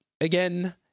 again